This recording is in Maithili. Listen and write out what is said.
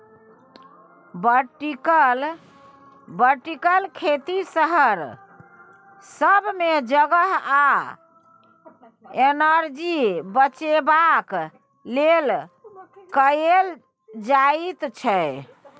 बर्टिकल खेती शहर सब मे जगह आ एनर्जी बचेबाक लेल कएल जाइत छै